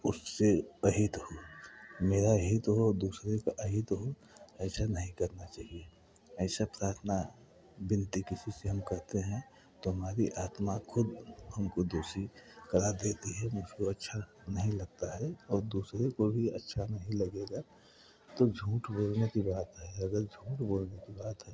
उससे अहित हो मेरा हित हो दूसरे का अहित हो ऐसा नहीं करना चाहिए ऐसा प्रार्थना विनती हम किसी से करते हैं तो हमारी आत्मा खुद हमको दोषी करार देती है मुझको अच्छा नहीं लगता है और दूसरे को भी अच्छा नहीं लगेगा तो झूठ बोलने की बात है अगर झूठ बोलने की बात है